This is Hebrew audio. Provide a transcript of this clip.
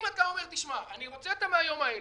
אם אתה אומר: תשמע, אני רוצה את 100 הימים האלה,